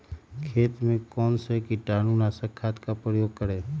खेत में कौन से कीटाणु नाशक खाद का प्रयोग करें?